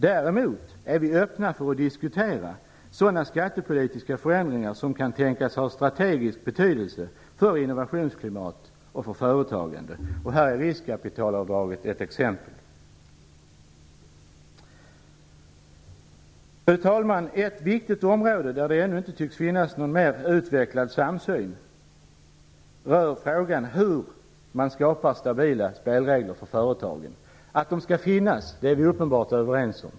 Däremot är vi öppna för att diskutera sådana skattepolitiska förändringar som kan tänkas ha strategisk betydelse för innovationsklimat och för företagande. Riskkapitalavdraget är ett exempel. Fru talman! En viktig område där det ännu inte tycks finnas någon mera utvecklad samsyn gäller hur man skapar stabila spelregler för företagen. Att de skall finnas är vi uppenbarligen överens om.